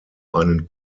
einen